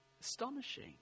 Astonishing